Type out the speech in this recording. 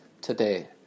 today